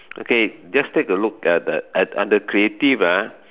okay just take a look at the at at the creative ah